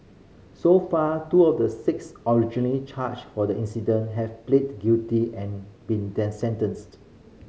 so far two of the six originally charged for the incident have pleaded guilty and been sentenced